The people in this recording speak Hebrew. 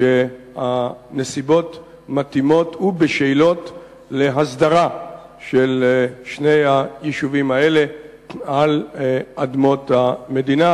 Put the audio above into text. שהנסיבות מתאימות ובשלות להסדרה של שני היישובים האלה על אדמות המדינה,